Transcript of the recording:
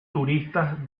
turistas